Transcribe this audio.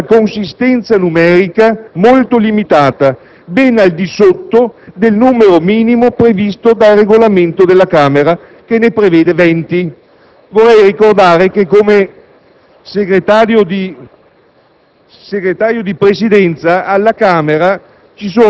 componenti politiche che hanno una consistenza numerica molto limitata, ben al di sotto del numero minimo previsto dal Regolamento della Camera, che ne prevede 20. Vorrei ricordare che come Segretari di